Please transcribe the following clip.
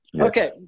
Okay